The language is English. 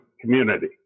community